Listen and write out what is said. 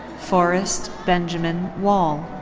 forrest benjamen wall.